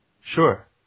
Sure